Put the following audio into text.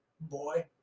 boy